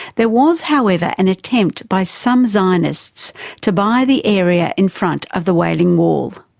there was however an attempt by some zionists to buy the area in front of the wailing wall.